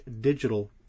digital